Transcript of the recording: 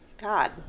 God